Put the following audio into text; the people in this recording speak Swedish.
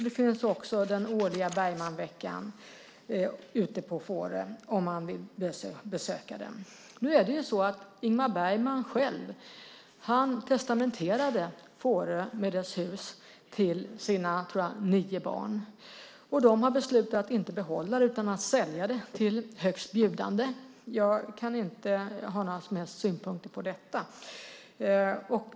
Det finns också en årlig Bergmanvecka ute på Fårö som man kan besöka om man vill. Ingmar Bergman testamenterade sitt hus på Fårö till sina nio barn. De har beslutat att inte behålla det utan sälja det till högstbjudande. Jag kan inte ha några som helst synpunkter på detta.